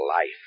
life